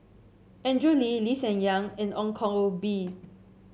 Andrew Lee Lee Hsien Yang and Ong Koh Bee